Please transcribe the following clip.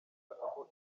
aho